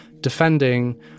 defending